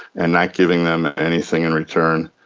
and not giving them anything in return.